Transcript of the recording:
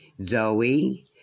Zoe